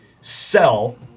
sell